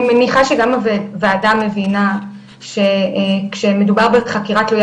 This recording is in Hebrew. אני מניחה שגם הוועדה מבינה שכשמדובר בחקירה תלויה